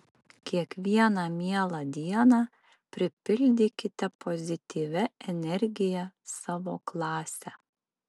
kiekvieną mielą dieną pripildykite pozityvia energija savo klasę